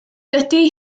dydi